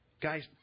Guys